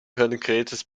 konkretes